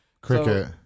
cricket